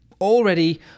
already